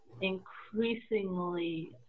increasingly